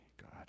God